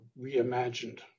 reimagined